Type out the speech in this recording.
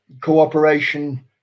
cooperation